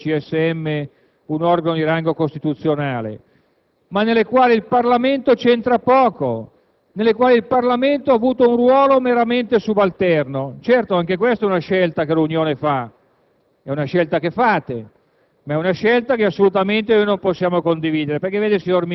magistratura sono operazioni di alto valore istituzionale, trattandosi di un organo di rango costituzionale, ma nelle quali il Parlamento c'entra poco e nelle quali esso ha avuto un luogo meramente subalterno. Certo, anche questa è una scelta che l'Unione fa;